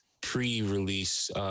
pre-release